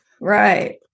Right